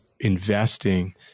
investing